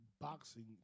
boxing